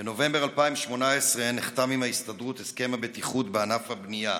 בנובמבר 2018 נחתם עם ההסתדרות הסכם הבטיחות בענף הבנייה.